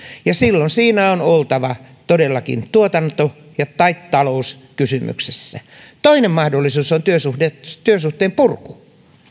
ja silloin siinä on oltava todellakin tuotanto tai talous kysymyksessä toinen mahdollisuus on työsuhteen purku